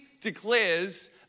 declares